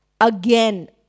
again